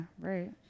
right